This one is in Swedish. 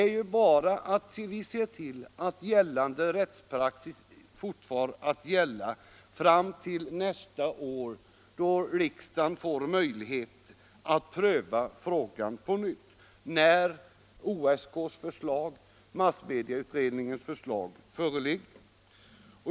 Vi får bara se till att rättspraxis fortfar att gälla fram till nästa år, då riksdagen får möjlighet att pröva frågan på nytt när OSK:s och massmedieutredningens förslag föreligger.